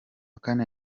kane